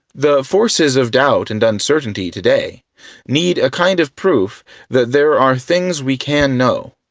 the forces of doubt and uncertainty today need a kind of proof that there are things we can know,